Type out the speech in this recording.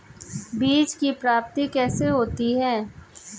बीज की प्राप्ति कैसे होती है?